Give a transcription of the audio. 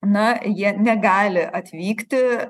na jie negali atvykti